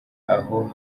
aho